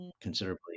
considerably